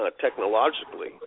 technologically